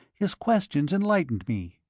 his questions enlightened me.